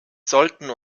sollten